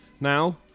now